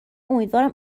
امیدوارم